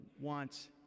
wants